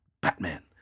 Batman